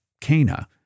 Cana